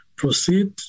proceed